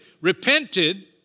repented